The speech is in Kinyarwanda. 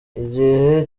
igihe